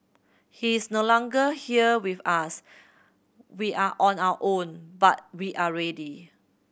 he is no longer here with us we are on our own but we are ready